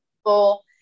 people